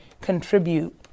contribute